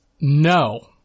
No